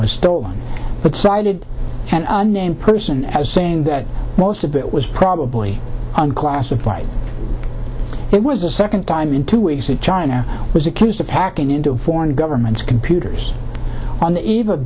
was stolen but cited and named person as saying that most of it was probably unclassified it was the second time in two weeks that china was accused of hacking into foreign government computers on the ev